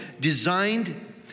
designed